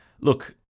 Look